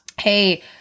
hey